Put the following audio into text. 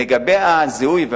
לגבי הזיהוי,